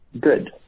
good